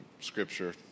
scripture